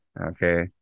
Okay